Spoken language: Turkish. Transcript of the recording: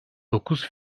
dokuz